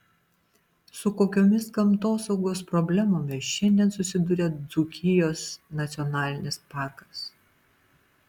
su kokiomis gamtosaugos problemomis šiandien susiduria dzūkijos nacionalinis parkas